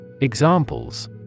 Examples